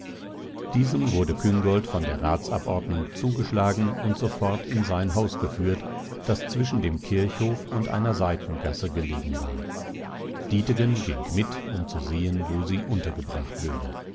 diesem wurde küngolt von der ratsabordnung zugeschlagen und sofort in sein haus geführt das zwischen dem kirchhof und einer seitengasse gelegen war dietegen ging mit um zu sehen wo sie untergebracht würde